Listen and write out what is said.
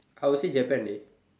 I'll say Japan dey